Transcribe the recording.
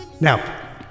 Now